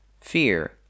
fear